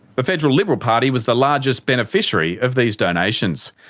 the federal liberal party was the largest beneficiary of these donations.